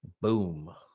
Boom